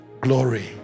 Glory